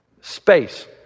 Space